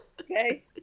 Okay